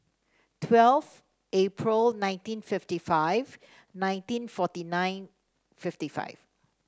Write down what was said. twelve April nineteen fifty five nineteen forty nine fifty five